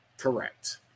Correct